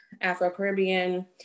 afro-caribbean